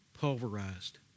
pulverized